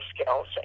skills